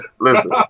listen